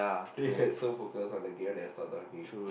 then you get so focused on the game that you stop talking